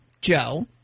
Joe